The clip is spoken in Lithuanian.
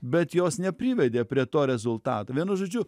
bet jos neprivedė prie to rezultato vienu žodžiu